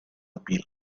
appeal